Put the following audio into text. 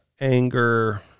anger